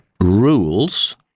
rules